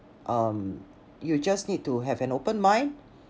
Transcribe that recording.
um you just need to have an open mind